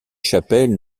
chapelles